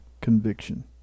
conviction